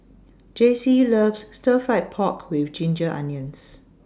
Jacey loves Stir Fried Pork with Ginger Onions